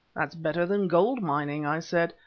that's better than gold mining, i said.